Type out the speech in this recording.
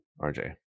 rj